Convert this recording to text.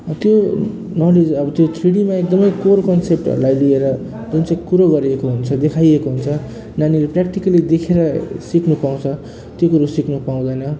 त्यो नलेज अब त्यो थ्री डिमा एकदमै कोर कन्सेप्टहरूलाई लिएर जुन चाहिँ कुरो गरिएको हुन्छ देखाइएको हुन्छ नानीले प्र्याक्टिकल्ली देखेर सिक्नु पाउँछ त्यो कुरो सिक्नु पाउँदैन